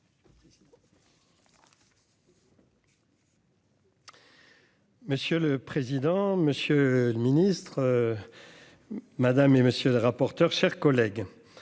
Monsieur le président, Monsieur le Ministre, madame et messieurs les rapporteurs, chers collègues,